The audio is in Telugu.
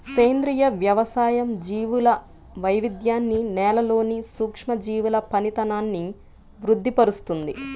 సేంద్రియ వ్యవసాయం జీవుల వైవిధ్యాన్ని, నేలలోని సూక్ష్మజీవుల పనితనాన్ని వృద్ది పరుస్తుంది